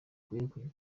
ukwiye